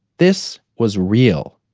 this was real.